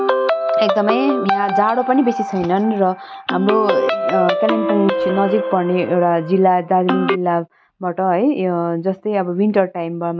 एकदमै यहाँ जाडो बेसी छैनन् र हाम्रो कालिम्पोङ नजिक पर्ने एउटा जिल्ला दार्जिलिङ जिल्लाबाट है यो जस्तै विन्टर टाइममा चाहिँ